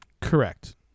Correct